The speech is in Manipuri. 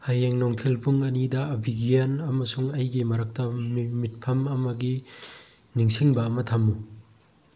ꯍꯌꯦꯡ ꯅꯨꯡꯊꯤꯜ ꯄꯨꯡ ꯑꯅꯤꯗ ꯕꯤꯒꯦꯟ ꯑꯃꯁꯨꯡ ꯑꯩꯒꯤ ꯃꯔꯛꯇ ꯃꯤꯐꯝ ꯑꯃꯒꯤ ꯅꯤꯡꯁꯤꯡꯕ ꯑꯃ ꯊꯝꯃꯨ